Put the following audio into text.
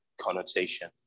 connotation